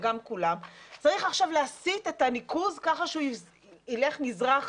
צריך עכשיו להסית את הניקוז ככה שהוא ילך מזרחה,